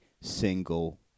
single